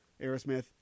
Aerosmith